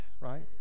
right